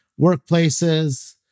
workplaces